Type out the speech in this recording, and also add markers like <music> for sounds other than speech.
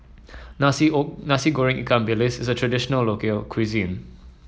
nasi <unintelligible> Nasi Goreng Ikan Bilis is a traditional local cuisine